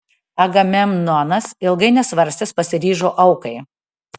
agamemnonas ilgai nesvarstęs pasiryžo aukai